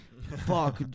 fuck